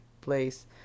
place